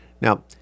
Now